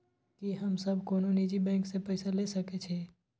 की हम सब कोनो निजी बैंक से पैसा ले सके छी?